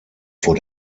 vor